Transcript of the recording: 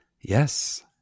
Yes